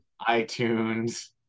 itunes